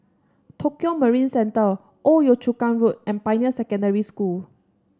Tokio Marine Centre Old Yio Chu Kang Road and Pioneer Secondary School